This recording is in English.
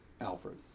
Alfred